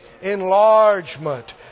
Enlargement